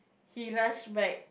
he rush back